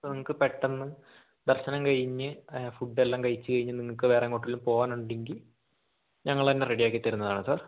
നിങ്ങൾക്ക് പെട്ടെന്ന് ദർശനം കഴിഞ്ഞ് ഫുഡ് എല്ലാം കഴിച്ച് കഴിഞ്ഞ് നിങ്ങൾക്ക് വേറെ എങ്ങോട്ടെങ്കിലും പോകാനുണ്ടെങ്കിൽ ഞങ്ങൾ തന്നെ റെഡിയാക്കി തരുന്നതാണ് സാർ